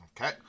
Okay